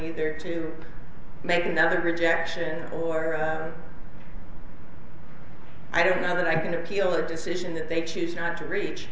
either to make another rejection or i don't know that i can appeal the decision that they choose not to reach